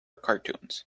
cartoons